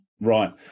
Right